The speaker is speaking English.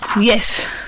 yes